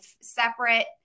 separate